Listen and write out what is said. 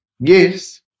Yes